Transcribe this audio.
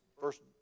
first